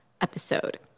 episode